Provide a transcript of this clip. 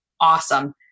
awesome